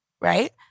right